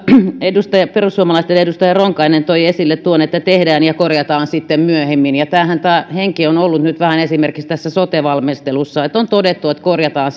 perussuomalaisten edustaja ronkainen toi esille tuon että tehdään ja että korjataan sitten myöhemmin ja tämähän tämä henki on nyt vähän ollut esimerkiksi sote valmistelussa että on todettu että korjataan